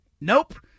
Nope